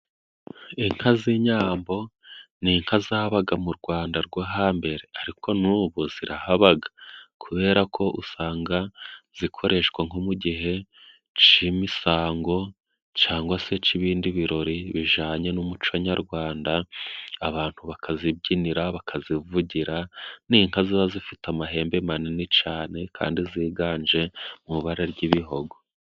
Inka z'inyambo ni inka zabaga mu rwanda rwo hambere, ariko n'ubu zirahabaga kubera ko usanga zikoreshwa nko mu gihe c'imisango, cangwa se c' ibindi birori bijanye n'umuco nyarwanda, abantu bakazibyinira, bakazivugira. Ni inka ziba zifite amahembe manini cane kandi ziganje mu ibara ry'ibihogo.